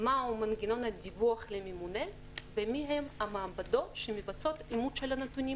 מהו מנגנון הדיווח לממונה ומי הן המעבדות שמבצעות אימות של הנתונים.